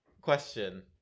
question